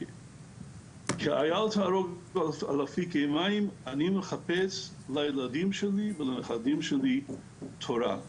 'כאייל תערוג על אפיקי מים' אני מחפש לילדים שלי ולנכדים שלי תורה,